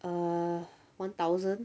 uh one thousand